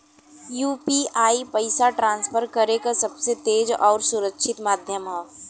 UPI पइसा transfer करे क सबसे तेज आउर सुरक्षित माध्यम हौ